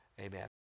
amen